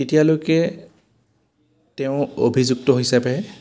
তেতিয়ালৈকে তেওঁ অভিযুক্ত হিচাপে